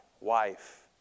wife